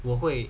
我会